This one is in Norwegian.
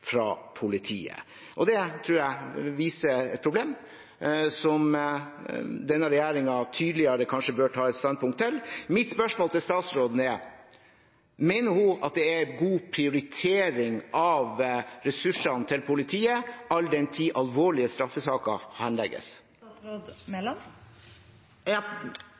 fra politiet. Det tror jeg viser et problem som denne regjeringen kanskje bør ta et tydeligere standpunkt til. Mitt spørsmål til statsråden er: Mener hun at dette er en god prioritering av politiets ressurser, all den tid alvorlige straffesaker henlegges?